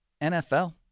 NFL